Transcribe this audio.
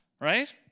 right